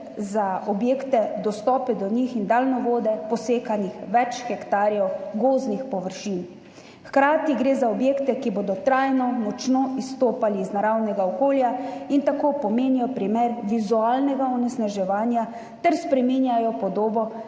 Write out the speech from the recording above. za objekte, dostope do njih in daljnovode posekanih več hektarjev gozdnih površin. Hkrati gre za objekte, ki bodo trajno močno izstopali iz naravnega okolja in tako pomenijo primer vizualnega onesnaževanja ter spreminjajo podobo